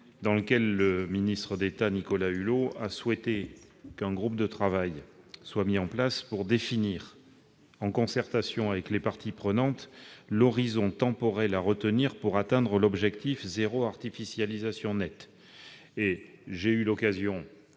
dans lequel le ministre d'État, Nicolas Hulot, a souhaité qu'un groupe de travail soit mis en place, pour définir, en concertation avec les parties prenantes, l'horizon temporel à retenir pour atteindre cet objectif. J'en ai débattu avec Nicolas Hulot,